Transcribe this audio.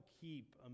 keep